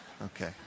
Okay